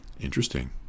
interesting